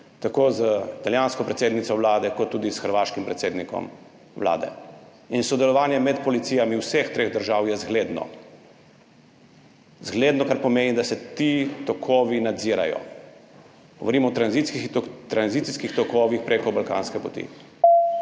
tako z italijansko predsednico vlade kot tudi s hrvaškim predsednikom vlade in sodelovanje med policijami vseh treh držav je zgledno. Zgledno, kar pomeni, da se ti tokovi nadzirajo. Govorimo o tranzicijskih tokovih preko balkanske poti.